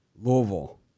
Louisville